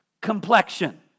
complexion